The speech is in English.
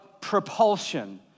propulsion